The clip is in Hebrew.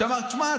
שאמר: תשמע,